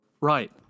Right